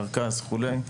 מרכז וכולי.